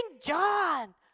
John